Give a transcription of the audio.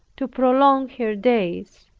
to prolong her days